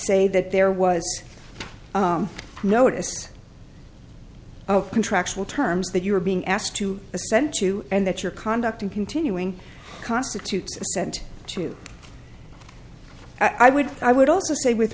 say that there was a notice of contractual terms that you were being asked to assent to and that your conduct in continuing constitutes assent to i would i would also say with